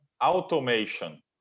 automation